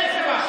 אין חובה.